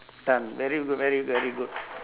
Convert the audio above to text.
done very good very very good